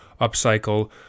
upcycle